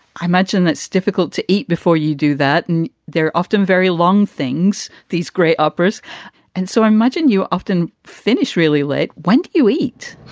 i imagine that's difficult to eat before you do that. and they're often very long things, these gray uppers and so much and you often finish really late. when do you eat?